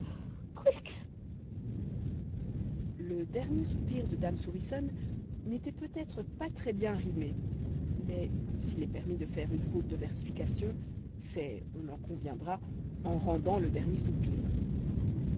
le dernier soupir de dame souriçonne n'était peut-être pas très bien rimé mais s'il est permis de faire une faute de versification c'est on en conviendra en rendant le dernier soupir